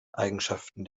eigenschaften